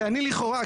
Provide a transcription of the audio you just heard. שאני לכאורה,